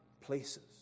places